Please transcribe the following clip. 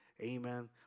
Amen